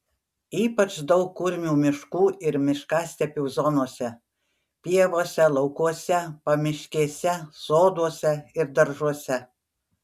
ypač daug kurmių miškų ir miškastepių zonose pievose laukuose pamiškėse soduose ir daržuose